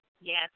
Yes